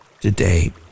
today